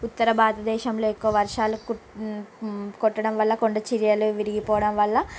ఉత్తర భారతదేశంలో ఎక్కువ వర్షాలు కొట్టడం వల్ల కొండ చర్యలు విరిగిపోవడం వల్ల